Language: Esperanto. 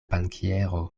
bankiero